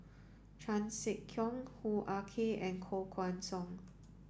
Chan Sek Keong Hoo Ah Kay and Koh Guan Song